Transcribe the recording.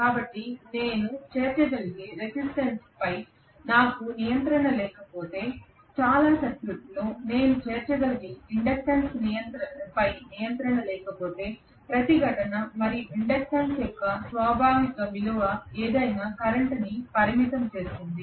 కాబట్టి నేను చేర్చగలిగే రెసిస్టెన్స్ ప్రతిఘటన పై నాకు నియంత్రణ లేకపోతే లేదా సర్క్యూట్లో నేను చేర్చగలిగే ఇండక్టెన్స్పై నియంత్రణ లేకపోతే ప్రతిఘటన మరియు ఇండక్టెన్స్ యొక్క స్వాభావిక విలువ ఏమైనా కరెంట్ ని పరిమితం చేస్తుంది